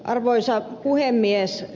arvoisa puhemies